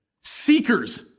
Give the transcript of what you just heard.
seekers